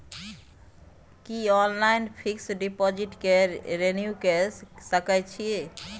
की online fix deposit के renew के सकै छी?